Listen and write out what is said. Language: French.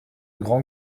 grand